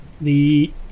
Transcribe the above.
The-